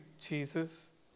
Jesus